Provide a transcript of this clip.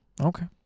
Okay